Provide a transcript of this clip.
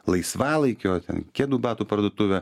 laisvalaikio ten kedų batų parduotuvę